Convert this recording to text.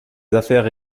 affaires